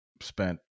spent